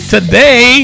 Today